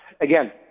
again